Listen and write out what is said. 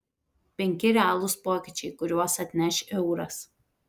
penki realūs pokyčiai kuriuos atneš euras